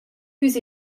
füss